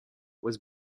was